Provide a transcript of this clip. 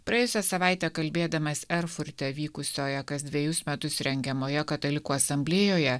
praėjusią savaitę kalbėdamas erfurte vykusioje kas dvejus metus rengiamoje katalikų asamblėjoje